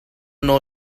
know